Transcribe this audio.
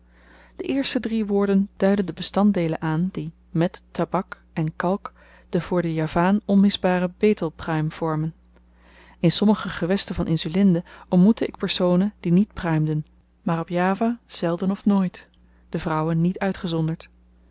de drie eerste woorden duiden de bestanddeelen aan die met tabak en kalk den voor den javaan onmisbaren bétel pruim vormen in sommige gewesten van insulinde ontmoette ik personen die niet pruimden maar op java zelden of nooit de vrouwen niet uitgezonderd